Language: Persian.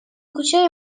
کوچه